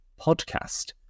podcast